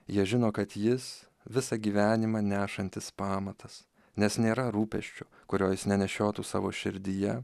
jie žino kad jis visą gyvenimą nešantis pamatas nes nėra rūpesčio kurio jis nenešiotų savo širdyje